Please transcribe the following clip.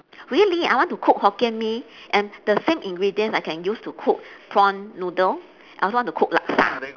really I want to cook hokkien-mee and the same ingredient I can use to cook prawn noodle I also want cook laksa